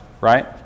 right